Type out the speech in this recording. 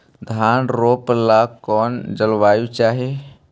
धान रोप ला कौन जलवायु चाही?